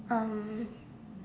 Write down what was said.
um